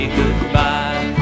goodbye